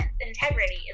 integrity